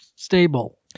Stable